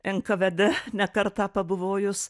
nkvd ne kartą pabuvojus